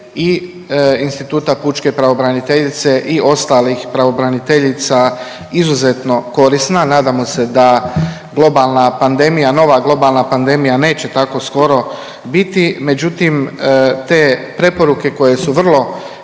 i instituta pučke pravobraniteljice i ostalih pravobraniteljica izuzetno korisna. Nadamo se da globalna pandemija, nova globalna pandemija neće tako skoro biti, međutim te preporuke koje su vrlo